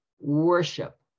Worship